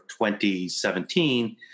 2017